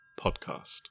Podcast